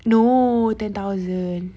no ten thousand